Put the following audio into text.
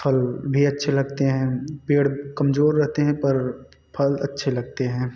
फल भी अच्छे लगते हैं पेड़ कमज़ोर रहते हैं पर फल अच्छे लगते हैं